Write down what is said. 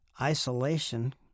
isolation